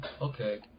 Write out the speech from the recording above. okay